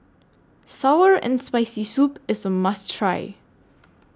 Sour and Spicy Soup IS A must Try